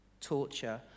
torture